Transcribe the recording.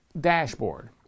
dashboard